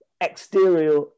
exterior